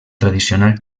tradicional